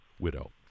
Widow